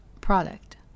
product